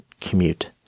commute